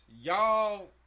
y'all